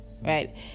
right